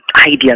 ideas